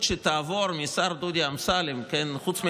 שתעבור מהשר דודי אמסלם חוץ מהגרעין,